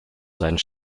seinen